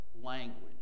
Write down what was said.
language